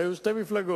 היו שתי מפלגות,